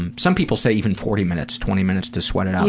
and some people say even forty minutes twenty minutes to sweat it out,